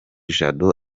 jado